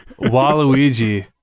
Waluigi